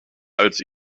als